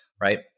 right